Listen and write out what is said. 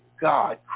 God